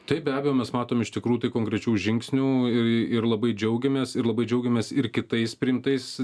taip be abejo mes matome iš tikrų konkrečių žingsnių ir labai džiaugiamės ir labai džiaugiamės ir kitais priimtais